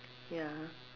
ya